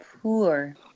Poor